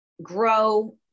grow